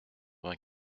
vingt